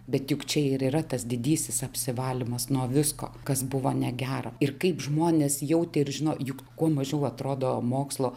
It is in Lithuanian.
bet juk čia ir yra tas didysis apsivalymas nuo visko kas buvo negera ir kaip žmonės jautė ir žinojo juk kuo mažiau atrodo mokslo